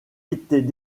étaient